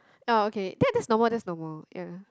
oh okay that that's normal that's normal ya